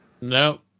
No